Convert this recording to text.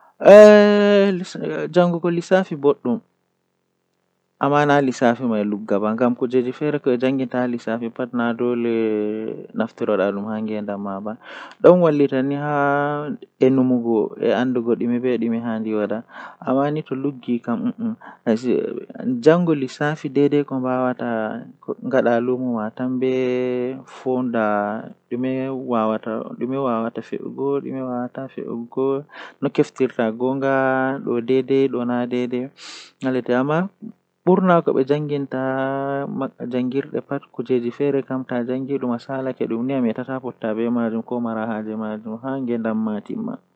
Haa asaweere midon huwa awaaji cappan e tati e joye ngamman midon siwta bo haa nduubu midon yi'a wadan nde tati yahugo nde nay.